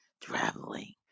traveling